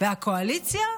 והקואליציה?